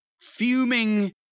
fuming